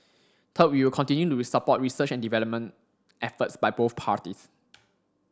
third we will continue to support research and development efforts by both parties